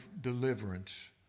deliverance